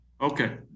Okay